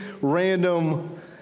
random